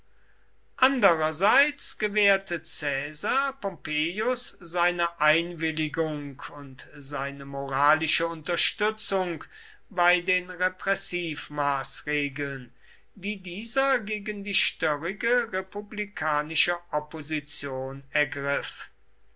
andererseits gewährte caesar pompeius seine einwilligung und seine moralische unterstützung bei den repressivmaßregeln die dieser gegen die störrige republikanische opposition ergriff